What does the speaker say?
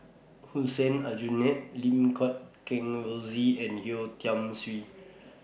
Hussein Aljunied Lim Guat Kheng Rosie and Yeo Tiam Siew